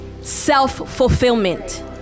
self-fulfillment